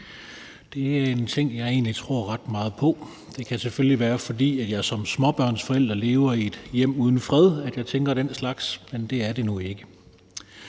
Det er en ting, jeg egentlig tror ret meget på. Det kan selvfølgelig være, fordi jeg som småbørnsforælder lever i et hjem uden fred, at jeg tænker den slags, men det er det nu ikke.